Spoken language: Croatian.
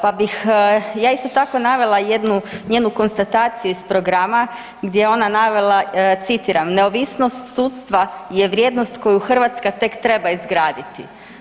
Pa bih ja isto tako navela jednu njenu konstataciju iz programa gdje je ona navela, citiram „Neovisnost sudstva je vrijednost koju Hrvatska tek treba izgraditi“